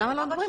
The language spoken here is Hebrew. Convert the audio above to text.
למה לא מדברים?